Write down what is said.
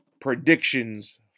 predictions